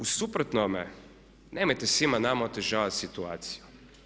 U suprotnome, nemojte svima nama otežavati situaciju.